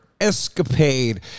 Escapade